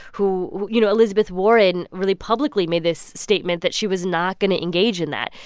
who you know, elizabeth warren really publicly made this statement that she was not going to engage in that.